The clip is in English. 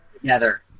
together